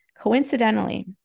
Coincidentally